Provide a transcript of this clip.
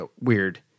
weird